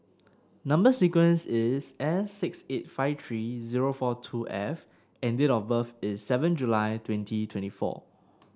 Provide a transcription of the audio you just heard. number sequence is S six eight five three zero four two F and date of birth is seven July twenty twenty four